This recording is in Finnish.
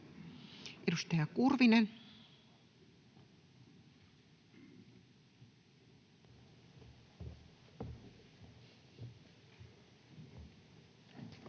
Edustaja Kurvinen.